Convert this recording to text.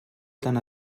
tan